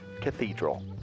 cathedral